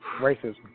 Racism